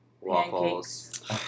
Waffles